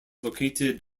located